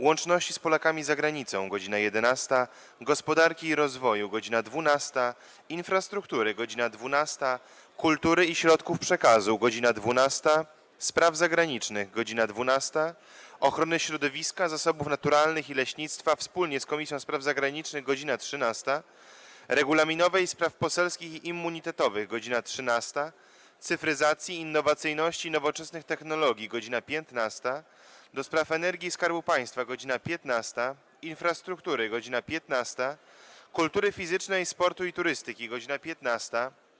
Łączności z Polakami za Granicą - godz. 11, - Gospodarki i Rozwoju - godz. 12, - Infrastruktury - godz. 12, - Kultury i Środków Przekazu - godz. 12, - Spraw Zagranicznych - godz. 12, - Ochrony Środowiska, Zasobów Naturalnych i Leśnictwa wspólnie z Komisją Spraw Zagranicznych - godz. 13, - Regulaminowej, Spraw Poselskich i Immunitetowych - godz. 13, - Cyfryzacji, Innowacyjności i Nowoczesnych Technologii - godz. 15, - do Spraw Energii i Skarbu Państwa - godz. 15, - Infrastruktury - godz. 15, - Kultury Fizycznej, Sportu i Turystyki - godz. 15,